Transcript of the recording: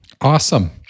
Awesome